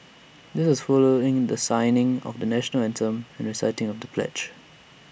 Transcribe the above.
this was followed in the singing of the National Anthem and reciting of the pledge